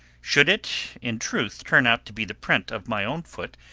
should it in truth turn out to be the print of my own foot,